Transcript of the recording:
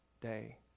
day